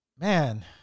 man